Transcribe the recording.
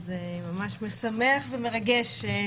זה משמח ומרגש.